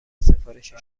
سفارش